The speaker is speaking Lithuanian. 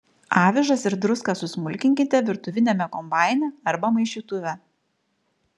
avižas ir druską susmulkinkite virtuviniame kombaine arba maišytuve